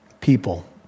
People